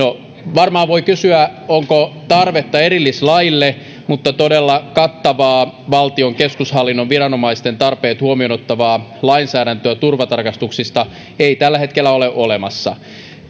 varmaan voi kysyä onko tarvetta erillislaille mutta todella kattavaa valtion keskushallinnon viranomaisten tarpeet huomioon ottavaa lainsäädäntöä turvatarkastuksista ei tällä hetkellä ole olemassa